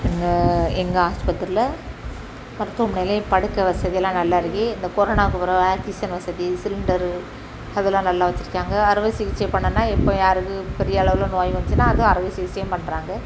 இங்கே எங்கள் ஆஸ்பத்திரியில் மருத்துவமனையிலேயே படுக்கை வசதிலாம் நல்லாருக்கு இந்த கொரோனாக்கப்புறம் ஆக்சிஜன் வசதி சிலிண்டரு அதெல்லாம் நல்லா வைச்சிருக்காங்க அறுவை சிகிச்சை பண்ணணும்னா இப்போது யாருக்கும் பெரியளவில் நோய் வந்துடுச்சினா அது அறுவை சிகிச்சையும் பண்ணுறாங்க